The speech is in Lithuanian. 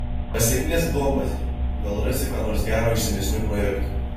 pasiknisk duombazėj gal rasi ką nors gero iš senesnių projektų